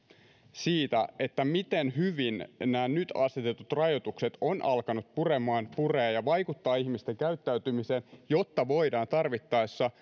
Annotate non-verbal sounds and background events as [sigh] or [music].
siitä miten hyvin nämä nyt asetetut rajoitukset ovat alkaneet puremaan purevat ja vaikuttavat ihmisten käyttäytymiseen jotta voidaan tarvittaessa [unintelligible]